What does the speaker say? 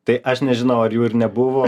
tai aš nežinau ar jų ir nebuvo